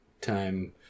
time